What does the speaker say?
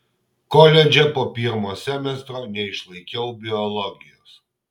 koledže po pirmo semestro neišlaikiau biologijos